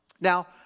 Now